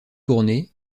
tournées